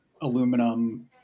aluminum